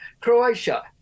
Croatia